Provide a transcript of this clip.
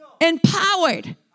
empowered